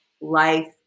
life